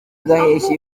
gaheshyi